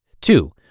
Two